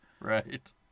Right